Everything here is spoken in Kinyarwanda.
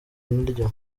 naryo